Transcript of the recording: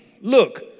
look